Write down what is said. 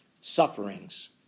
sufferings